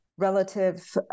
relative